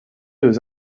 aux